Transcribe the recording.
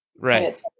Right